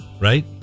right